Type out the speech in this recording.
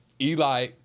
eli